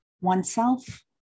oneself